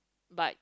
but